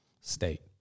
state